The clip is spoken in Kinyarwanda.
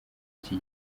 iki